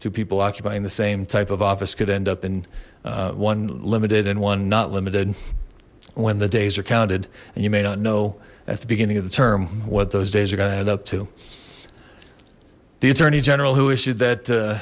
two people occupying the same type of office could end up in one limited and one not limited when the days are counted and you may not know at the beginning of the term what those days are going to head up to the attorney general who issued that a